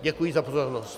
Děkuji za pozornost.